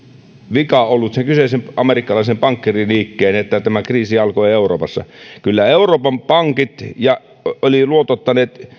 vika ollut sen kyseisen amerikkalaisen pankkiiriliikkeen että tämä kriisi alkoi euroopassa kyllä euroopan pankit olivat luotottaneet